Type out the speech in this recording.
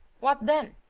what then?